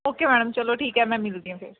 okay madam ਚਲੋ ਠੀਕ ਹੈ ਮੈਂ ਮਿਲਦੀ ਹਾਂ ਫੇਰ